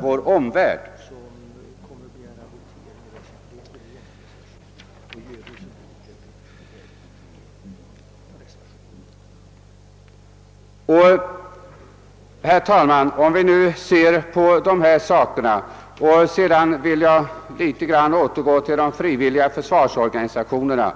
vår omvärld, och därför kan vi påstå att vår försvarseffekt sjunker. Herr talman! Jag vill återgå till frågan om de frivilliga försvarsorganisationerna.